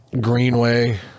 Greenway